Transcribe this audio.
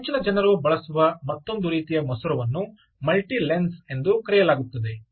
ಈಗ ಹೆಚ್ಚಿನ ಜನರು ಬಳಸುವ ಮತ್ತೊಂದು ರೀತಿಯ ಮಸೂರವನ್ನು ಮಲ್ಟಿ ಲೆನ್ಸ್ ಎಂದು ಕರೆಯಲಾಗುತ್ತದೆ